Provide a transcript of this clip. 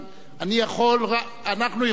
אנחנו יכולים,